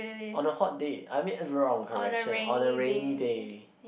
on a hot day I mean wrong correction on a rainy day